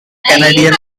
canadian